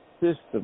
system